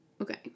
Okay